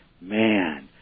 man